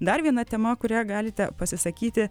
dar viena tema kurią galite pasisakyti